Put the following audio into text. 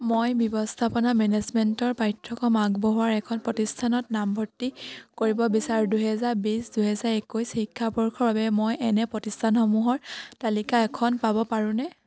মই ব্যৱস্থাপনা মেনেজমেন্টৰ পাঠ্যক্ৰম আগবঢ়োৱা এখন প্ৰতিষ্ঠানত নামভৰ্তি কৰিব বিচাৰোঁ দুহেজাৰ বিছ দুহেজাৰ একৈছ শিক্ষাবৰ্ষৰ বাবে মই এনে প্ৰতিষ্ঠানসমূহৰ তালিকা এখন পাব পাৰোঁনে